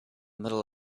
middle